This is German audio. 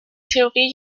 theorie